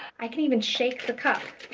i can even shake the cup,